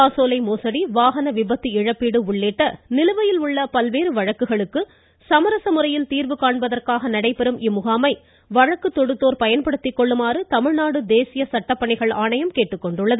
காசோலை மோசடி வாகன விபத்து இழப்பீடு உள்ளிட்ட நிலுவையில் உள்ள பல்வேறு வழக்குகளுக்கு சமரச முறையில் தீர்வு காண்பதற்காக நடைபெறும் இந்த முகாமை வழக்கு தொடுத்தோர் பயன்படுத்திக் கொள்ளுமாறு தமிழ்நாடு தேசிய சட்டப்பணிகள் ஆணைக்குழு கேட்டுக்கொண்டுள்ளது